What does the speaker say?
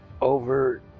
over